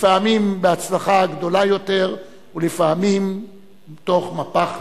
לפעמים בהצלחה גדולה יותר ולפעמים תוך מפח נפש.